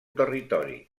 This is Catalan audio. territori